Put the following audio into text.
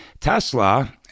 Tesla